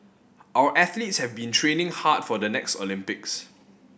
our athletes have been training hard for the next Olympics